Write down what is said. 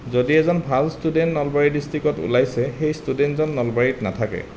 যদি এজন ভাল ষ্টুডেণ্ট নলবাৰী ডিষ্ট্ৰিকত ওলাইছে সেই ষ্টুডেণ্টজন নলবাৰীত নাথাকে